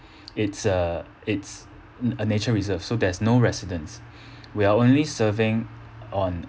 it's uh it's a nature reserve so there's no residents we're only serving on